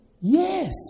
Yes